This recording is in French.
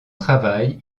travail